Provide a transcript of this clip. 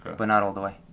but not all the way.